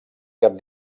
cap